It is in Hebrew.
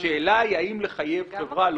השאלה היא האם לחייב חברה,